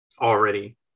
already